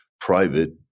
private